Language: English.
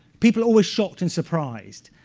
people always shocked and surprised.